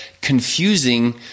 confusing